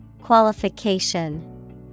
Qualification